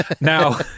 Now